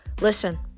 Listen